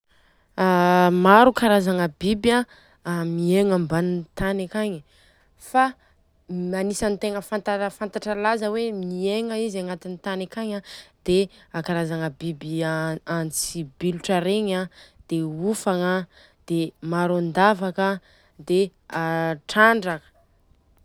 Maro karazagna biby miegna ambanin'ny tany akagny. Fa agnisany tegna fantatra laza hoe miegna izy agnatin'ny tany akagny an dia karazagna biby antsibilotra regny an dia ofagna dia maroandavaka dia a trandraka.